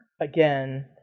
again